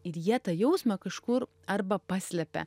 ir jie tą jausmą kažkur arba paslepia